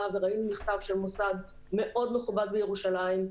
וראינו מכתב של מוסד מאוד מכובד בירושלים,